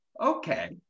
okay